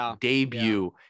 debut